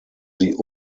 sie